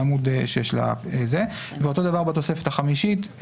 אותו דבר בתוספת החמישית.